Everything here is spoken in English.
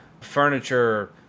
furniture